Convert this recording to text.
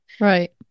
right